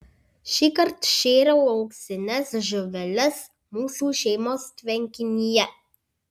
šįkart šėriau auksines žuveles mūsų šeimos tvenkinyje